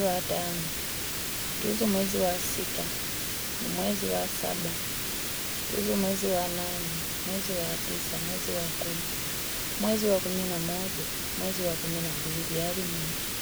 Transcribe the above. wa tano. tuizimwezi wa sita, mwezi wa saba, tuizi mwezi wanane. mwezi wa tisa, mwezi wa kumi. mwezi wa kumi na moja tayari mwisho.